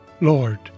Lord